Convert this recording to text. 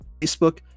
Facebook